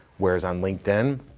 whereas on linkedin,